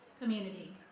community